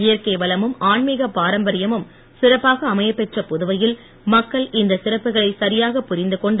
இயற்கை வளமும் ஆன்மீகப் பாரம்பரியமும் சிறப்பாக அமையப்பெற்ற புதுவையில் மக்கள் இந்த சிறப்புகளை சரியாகப் புரிந்துகொண்டு